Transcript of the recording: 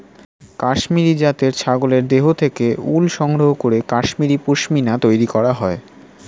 কাশ্মীরি জাতের ছাগলের দেহ থেকে উল সংগ্রহ করে কাশ্মীরি পশ্মিনা তৈরি করা হয়